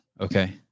Okay